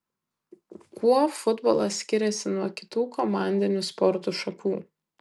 kuo futbolas skiriasi nuo kitų komandinių sporto šakų